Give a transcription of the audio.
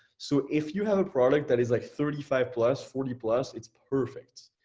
so if you have a product that is like thirty five plus, forty plus, it's perfect.